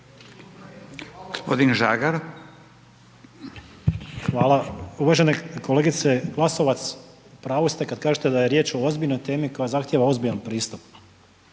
Hvala. Uvažena kolegica Glasovac, u pravu ste kad kažete da je riječ o ozbiljnoj temi koja zahtijeva ozbiljan pristup